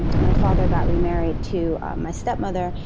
and my father got remarried to my stepmother,